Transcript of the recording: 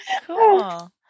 Cool